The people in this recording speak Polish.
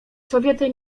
sowiety